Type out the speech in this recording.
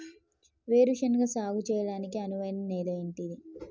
వేరు శనగ సాగు చేయడానికి అనువైన నేల ఏంటిది?